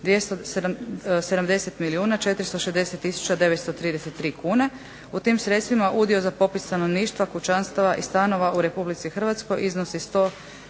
tisuća 933 kune. U tim sredstvima udio za popis stanovništva, kućanstava i stanova u republici Hrvatskoj iznosi 146